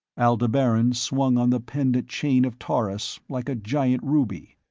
aldebaran swung on the pendant chain of taurus like a giant ruby.